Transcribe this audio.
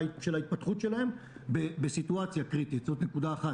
בהתפתחותם בסיטואציה קריטית - זו נקודה אחת